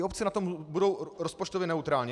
Obce na tom budou rozpočtově neutrálně.